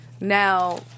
Now